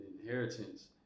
inheritance